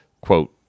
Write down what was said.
quote